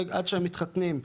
עד שהם מתחתנים,